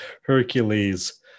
Hercules